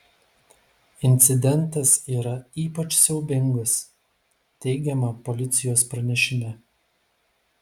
incidentas yra ypač siaubingas teigiama policijos pranešime